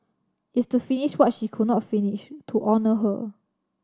it's to finish what she could not finish to honour her